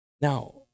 Now